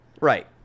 right